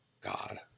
God